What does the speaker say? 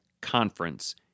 conference